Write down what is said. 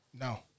No